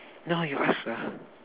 now you ask lah